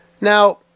Now